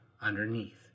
underneath